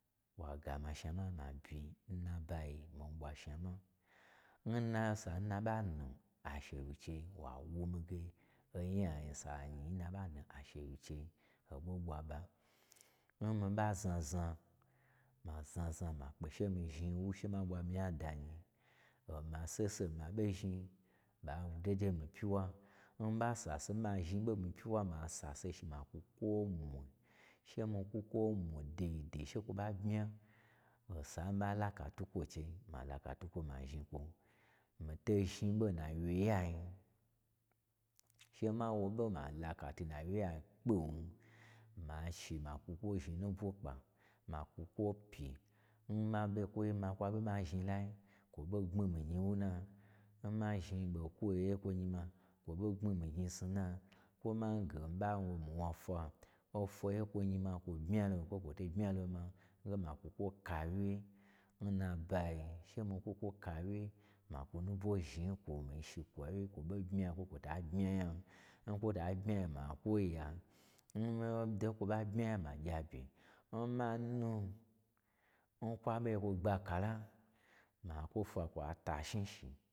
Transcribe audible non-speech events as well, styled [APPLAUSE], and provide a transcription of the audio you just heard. Wa gama shnama ma byi, n nabayi mii ɓwa shnama. Nna sa nu a ɓa nu a shewyi n chei wa wu mii ge onya osa nyi n naɓa nu ashewyi n chew hoɓo ɓwa ɓa, n mii ɓa znazna, ma znazna ma kpe she mii zhni n wushe ma ɓwa mii nya danyi, oma sese n ma ɓo zhni, ɓa wu [UNINTELLIGIBLE] nmii ɓa sase ma zhni ɓo n mii pyiwa ma sase shi ma kwu kwo mwi, she mii kwu kwo mwu deidei she kwo ɓa bmya, osa n mii ɓa laka twu two n chei ma laka twukwo mazhni kwo. Mii to zhni ɓo n na laye yain she ma woɓa ma laka twu n nawye yai kpwun, ma shi ma kwu kwo zhni nubwo kpa, ma kwu kwo pyi, n ma [UNINTELLIGIBLE] ma zhni lai kwo ɓo gbmi mii gnyi n wuna, n ma zhni ɓokwoye kwo nyima, kwo ɓo gbmi mii gnyi n snu wuna, kwo n mange mii ɓalo mii wna fwa, o fwaye kwo nyi ma kwo bmya lo kwo, kwo to bmylo ma nge, ma kwu kwo kawye n nabayo, she mii kwu kwo kawye ma kwu nubwo zhni nkwo, mii shi kwawye, kwo ɓo bmya kwo kwo ta bmya nya, n kwo ta bmya nya ma kwu kwoya, n hondo nkwo ɓa bmya nya ma gyi abye, n [UNINTELLIGIBLE] n kwa ɓo gba kala, ma kwo fwa kwa ta shni shi.